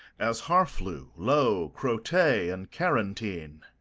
as harflew, lo, crotay, and carentigne,